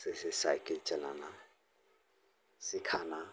जैसे साइकिल चलाना सिखाना